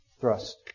Thrust